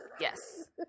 yes